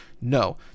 no